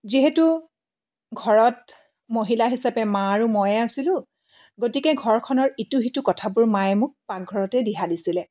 যিহেতু ঘৰত মহিলা হিচাপে মা আৰু ময়ে আছিলোঁ গতিকে ঘৰখনৰ ইটো সিটো কথাবোৰ মায়ে মোক পাকঘৰতে দিহা দিছিলে